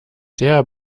der